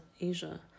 Asia